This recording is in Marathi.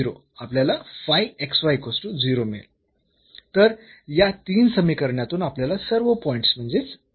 तर या तीन समीकरणातून आपल्याला सर्व पॉईंट्स म्हणजेच आणि शोधायचे आहेत